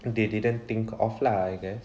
they didn't think of lah I guess